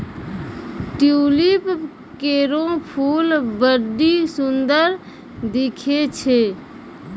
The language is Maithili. ट्यूलिप केरो फूल बड्डी सुंदर दिखै छै